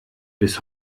bis